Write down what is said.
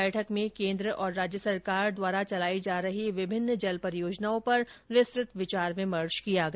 बैठक में केन्द्र और राज्य सरकार द्वारा संचालित विभिन्न जल परियोजनाओं पर विस्तृत विचार विमर्श किया गया